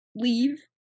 Leave